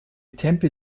tempel